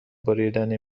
بریدن